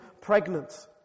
pregnant